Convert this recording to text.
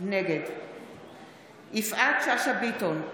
נגד יפעת שאשא ביטון,